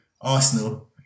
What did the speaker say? Arsenal